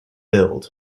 build